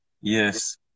Yes